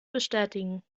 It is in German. bestätigen